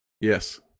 Yes